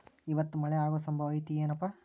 ಇವತ್ತ ಮಳೆ ಆಗು ಸಂಭವ ಐತಿ ಏನಪಾ?